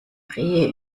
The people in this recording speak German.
rehe